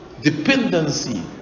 dependency